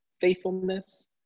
faithfulness